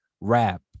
rap